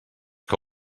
que